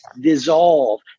dissolve